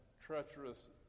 treacherous